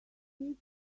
need